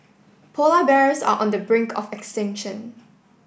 polar bears are on the brink of extinction